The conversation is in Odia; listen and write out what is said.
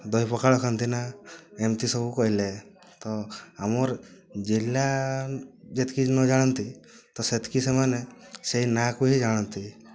ଦହି ପଖାଳ ଖାଆନ୍ତିନା ଏମିତି ସବୁ କହିଲେ ତ ଆମର ଜିଲ୍ଲା ଯେତିକ ନ ଜାଣନ୍ତି ତ ସେତିକି ସେମାନେ ସେହି ନାଁ କୁ ହିଁ ଜାଣନ୍ତି